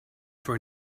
for